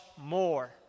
more